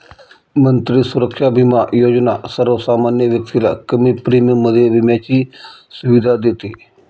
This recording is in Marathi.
मंत्री सुरक्षा बिमा योजना सर्वसामान्य व्यक्तीला कमी प्रीमियम मध्ये विम्याची सुविधा देते